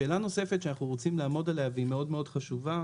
שאלה נוספת שאנחנו רוצים לעמוד עליה והיא מאוד מאוד חשובה.